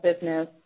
business